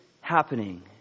happening